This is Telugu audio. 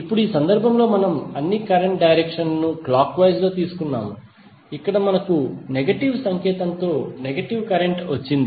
ఇప్పుడు ఈ సందర్భంలో మనము అన్ని కరెంట్ డైరెక్షన్ లను క్లాక్ వైస్ లో తీసుకున్నాము ఇక్కడ మనకు నెగటివ్ సంకేతంతో నెగెటివ్ కరెంట్ వచ్చింది